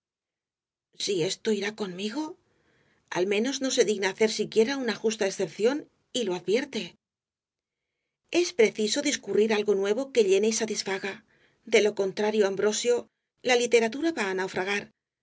si esto irá conmigo al menos no se digna hacer siquiera una justa excepción y lo advierte es preciso discurrir algo nuevo que llene y satisfaga de lo contrario ambrosio la literatura va á naufragar